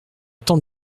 temps